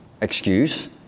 excuse